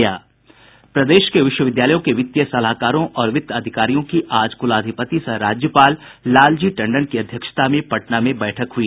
प्रदेश के विश्वविद्यालयों के वित्तीय सलाहकारों और वित्त अधिकारियों की आज कुलाधिपति सह राज्यपाल लालजी टंडन की अध्यक्षता में पटना में बैठक हुई